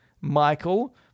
Michael